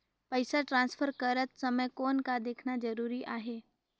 पइसा ट्रांसफर करत समय कौन का देखना ज़रूरी आहे?